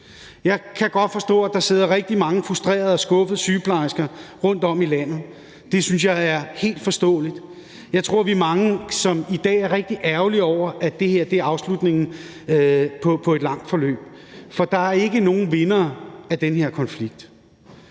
Jeg kan godt forstå, at der sidder rigtig mange frustrerede og skuffede sygeplejersker rundt om i landet. Det synes jeg er helt forståeligt. Jeg tror, vi er mange, som i dag er rigtig ærgerlige over, at det her er afslutningen på et langt forløb, for der er ikke nogen vindere af den her konflikt.